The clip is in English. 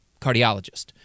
cardiologist